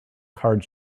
card